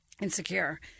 insecure